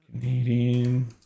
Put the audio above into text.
Canadian